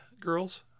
girls